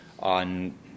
On